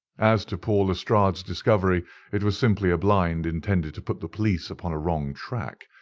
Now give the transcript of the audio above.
as to poor lestrade's discovery it was simply a blind intended to put the police upon a wrong track,